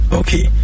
okay